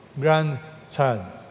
grandchild